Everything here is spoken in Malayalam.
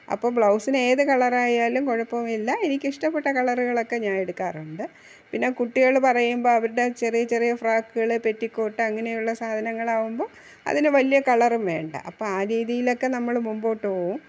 അപ്പോൾ ബ്ലൗസിന് ഏത് കളറായാലും കുഴപ്പമില്ല എനിക്കിഷ്ടപ്പെട്ട കളറുകളൊക്കെ ഞാൻ എടുക്കാറുണ്ട് പിന്നെ കുട്ടികൾ പറയുമ്പോൾ അവരുടെ ചെറിയ ചെറിയ ഫ്രാക്കുകൾ പെറ്റിക്കോട്ട് അങ്ങനെയുള്ള സാധനങ്ങളാവുമ്പോൾ അതിന് വലിയ കളറും വേണ്ട അപ്പോൾ ആ രീതിയിലൊക്കെ നമ്മൾ മുമ്പോട്ട് പോവും